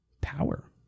power